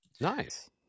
nice